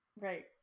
Right